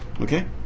Okay